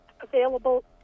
available